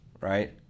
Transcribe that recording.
right